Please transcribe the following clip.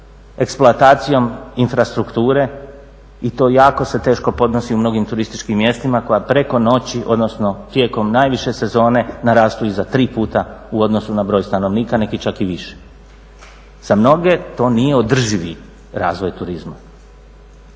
eksploatacijom infrastrukture i to jako se teško podnosi u mnogim turističkim mjestima koja preko noći, odnosno tijekom najviše sezone narastu i za tri puta u odnosu na broj stanovnika, neki čak i više. Za mnoge to nije održivi razvoj turizma,